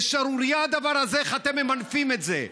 זו שערורייה, הדבר הזה, איך אתם ממנפים את זה.